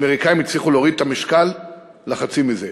האמריקנים הצליחו להוריד את המשקל לחצי מזה,